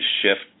shift